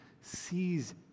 sees